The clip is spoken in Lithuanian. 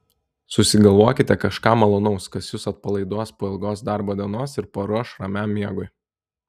susigalvokite kažką malonaus kas jus atpalaiduos po ilgos darbo dienos ir paruoš ramiam miegui